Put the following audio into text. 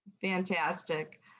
Fantastic